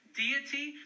deity